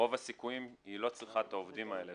רוב הסיכויים שהיא לא צריכה את העובדים האלה,